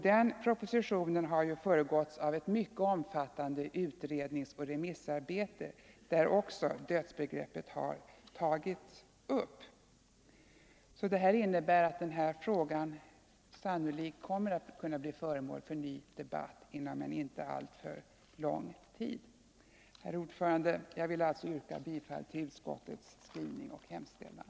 Den propositionen har föregåtts av ett mycket omfattande utredningsoch remissarbete där också dödsbegreppet tagits upp. Det här innebär att denna fråga sannolikt kommer att bli föremål för en ny debatt inom en inte alltför lång tid. Herr talman! Jag vill alltså yrka bifall till utskottets skrivning och hemställan.